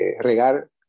regar